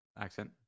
accent